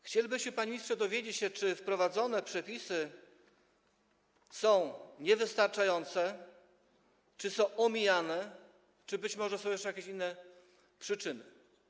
Chcielibyśmy, panie ministrze, dowiedzieć się, czy wprowadzone przepisy są niewystarczające, czy są omijane, czy być może są jeszcze jakieś inne przyczyny.